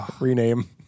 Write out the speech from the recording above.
Rename